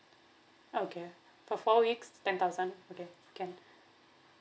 okay for four weeks ten thousand okay can